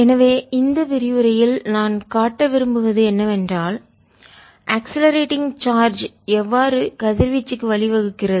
எனவே இந்த விரிவுரையில் நான் காட்ட விரும்புவது என்னவென்றால் அக்ஸ்லரேட்டிங் சார்ஜ் முடுக்கம் எவ்வாறு கதிர்வீச்சுக்கு வழிவகுக்கிறது